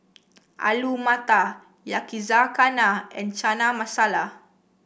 Alu Matar Yakizakana and Chana Masala